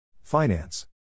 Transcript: Finance